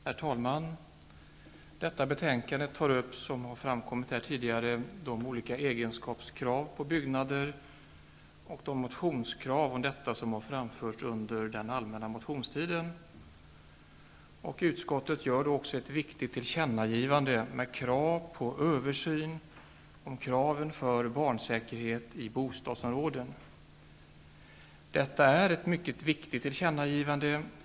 Herr talman! I detta betänkande tas upp egenskapskrav på byggnader och de motionskrav som på detta område har framförts under allmänna motionstiden. Utskottet gör också ett viktigt tillkännagivande och kräver en översyn av kraven på barnsäkerhet i bostadsområden. Detta är ett mycket viktigt tillkännagivande.